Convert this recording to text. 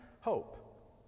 hope